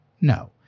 No